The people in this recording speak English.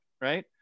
right